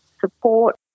support